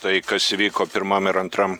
tai kas įvyko pirmam ir antram